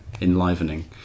Enlivening